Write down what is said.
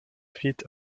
feet